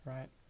Right